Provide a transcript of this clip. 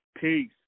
Peace